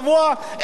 בשביל מה?